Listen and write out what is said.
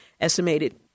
estimated